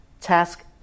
task